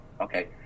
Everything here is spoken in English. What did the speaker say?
Okay